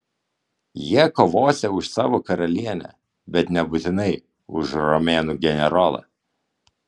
jie kovosią už savo karalienę bet nebūtinai už romėnų generolą